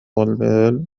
المال